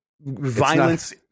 violence